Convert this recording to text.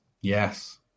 Yes